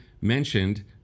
mentioned